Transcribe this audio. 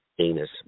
anus